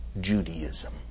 Judaism